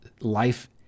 life